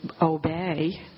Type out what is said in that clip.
obey